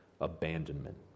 Abandonment